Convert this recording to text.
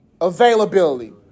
Availability